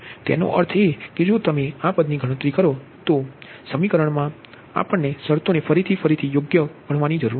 તેનો અર્થ એ કે જો તમે આ પદની ગણતરી કરો અને તેને સમીકરણમાં મૂકશો તો આ શરતોને ફરીથી અને ફરીથી યોગ્ય ગણવાની જરૂર નથી